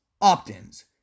opt-ins